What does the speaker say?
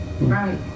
Right